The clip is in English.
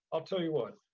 i'll tell you what.